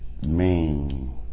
main